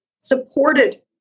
supported